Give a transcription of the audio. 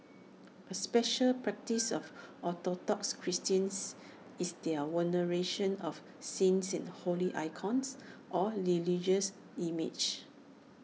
A special practice of Orthodox Christians is their veneration of saints and holy icons or religious images